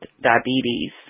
diabetes